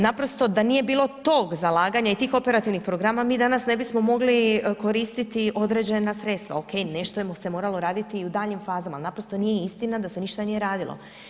Naprosto da nije bilo tog zalaganja i tih operativnih programa mi danas ne bismo mogli koristiti određena sredstva, ok, nešto je se moralo raditi i u daljnjim fazama, ali naprosto nije istina da se ništa nije radilo.